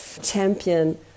champion